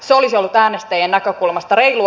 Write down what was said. se olisi ollut äänestäjien näkökulmasta reilua